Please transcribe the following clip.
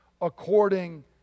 according